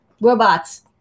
Robots